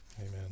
Amen